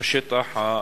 השטח המעובד,